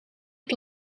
het